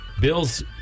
Bill's